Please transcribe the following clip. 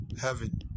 heaven